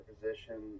position